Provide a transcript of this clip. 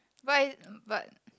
but it mm but